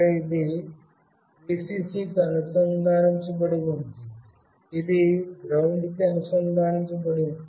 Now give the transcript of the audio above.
ఇక్కడే ఇది Vcc కి అనుసంధానించబడి ఉంది ఇది GND కి అనుసంధానించబడి ఉంది